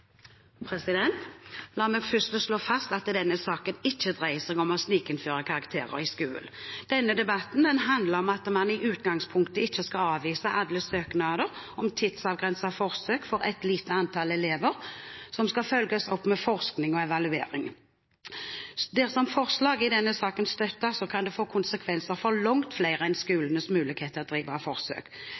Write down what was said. La meg først slå fast at denne saken ikke dreier seg om å snikinnføre karakterer i skolen. Denne debatten handler om at man i utgangspunktet ikke skal avvise alle søknader om tidsavgrensete forsøk for et lite antall elever, og som skal følges opp med forskning og evaluering. Dersom forslaget i denne saken støttes, kan det få konsekvenser for langt flere enn skolene og deres mulighet til å drive forsøk.